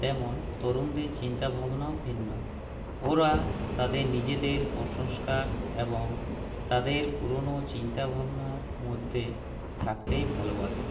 তেমন তরুণদের চিন্তাভাবনাও ভিন্ন ওরা তাদের নিজেদের কুসংস্কার এবং তাদের পুরনো চিন্তা ভাবনার মধ্যে থাকতে ভালোবাসে